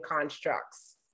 constructs